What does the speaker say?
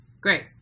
Great